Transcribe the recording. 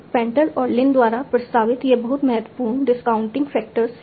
पैंटल और लिन द्वारा प्रस्तावित ये बहुत महत्वपूर्ण डिस्काउंटिंग फैक्टर्स हैं